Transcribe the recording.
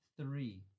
Three